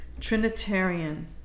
Trinitarian